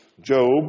Job